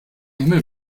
himmel